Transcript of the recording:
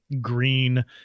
green